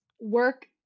work